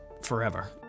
forever